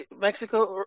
Mexico